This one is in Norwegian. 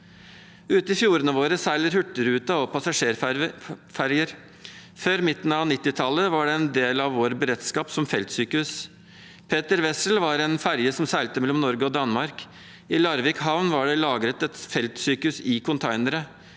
Ute i fjordene våre seiler hurtigruta og passasjerferjer. Før midten av 1990-tallet var de en del av vår beredskap, som feltsykehus. MS «Peter Wessel» var en ferje som seilte mellom Norge og Danmark. I Larvik havn var det lagret et feltsykehus i containere.